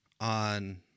on